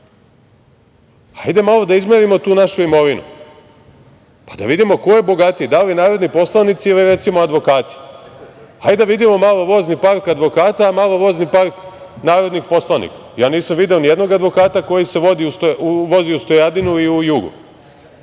hajde malo da izmerimo tu našu imovinu, pa da vidimo ko je bogatiji, da li narodni poslanici ili recimo advokati. Hajde malo da vidimo vozni park advokata, a malo vozni park narodnih poslanika. Ja nisam video ni jednog advokata koji se vozi u stojadinu i u jugu